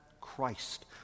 Christ